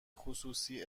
خصوصی